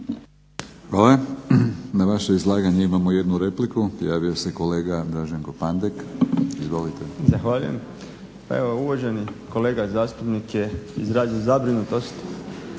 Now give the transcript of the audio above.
Hvala. Na vaše izlaganje imamo jednu repliku, javio se kolega Draženo Pandek. Izvolite. **Pandek, Draženko (SDP)** Zahvaljujem. Uvaženi kolega zastupnik je izrazio zabrinutost